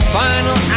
final